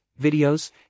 videos